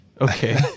okay